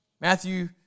Matthew